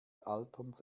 alterns